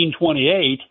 1828